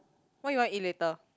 what you want eat later